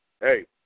hey